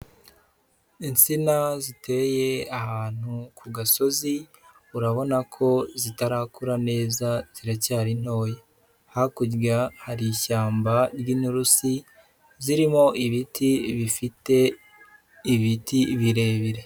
Insina ziteye ahantu ku gasozi, urabona ko zitarakura neza ziracyari ntoya, hakurya hari ishyamba ry'inturusi zirimo ibiti bifite ibiti birebire.